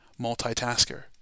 multitasker